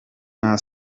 nta